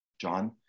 John